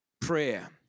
Prayer